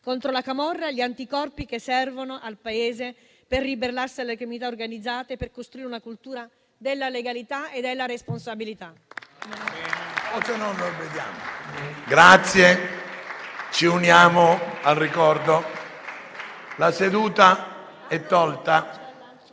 contro la camorra, sono gli anticorpi che servono al Paese per ribellarsi alla criminalità organizzata e per costruire una cultura della legalità e della responsabilità.